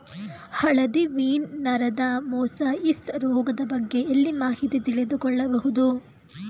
ಹಳದಿ ವೀನ್ ನರದ ಮೊಸಾಯಿಸ್ ರೋಗದ ಬಗ್ಗೆ ಎಲ್ಲಿ ಮಾಹಿತಿ ತಿಳಿದು ಕೊಳ್ಳಬಹುದು?